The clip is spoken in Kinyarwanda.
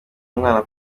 umwana